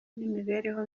n’imibereho